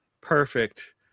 perfect